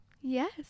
Yes